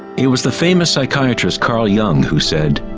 it was the famous psychiatrist carl jung who said,